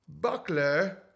Buckler